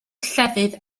llefydd